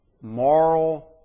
moral